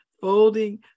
Folding